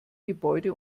gebäude